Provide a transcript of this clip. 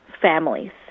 families